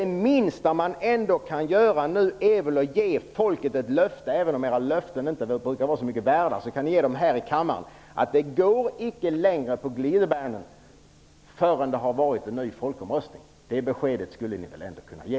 Det minsta ni kan göra nu är väl att ge folket ett löfte - även om era löften inte brukar vara så mycket värda borde ni kunna ge det här i kammaren - att det inte går längre på glidebanen förrän det har varit en ny folkomröstning. Det beskedet skulle ni väl ändå kunna ge?